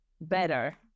better